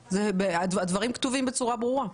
הדברים כתובים בצורה ברורה.